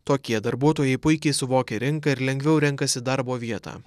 tokie darbuotojai puikiai suvokia rinką ir lengviau renkasi darbo vietą